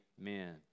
Amen